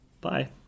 Bye